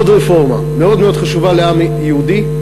עוד רפורמה מאוד מאוד חשובה לעם היהודי,